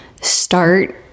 start